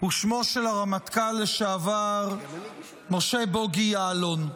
הוא שמו של הרמטכ"ל לשעבר משה בוגי יעלון.